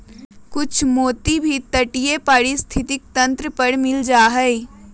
कुछ मोती भी तटीय पारिस्थितिक तंत्र पर मिल जा हई